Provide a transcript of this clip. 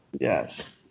Yes